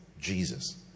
Jesus